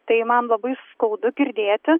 tai man labai skaudu girdėti